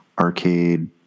arcade